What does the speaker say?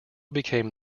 became